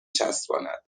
چسباند